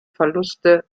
verluste